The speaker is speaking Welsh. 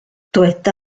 dyweda